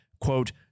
quote